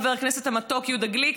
חבר הכנסת המתוק יהודה גליק,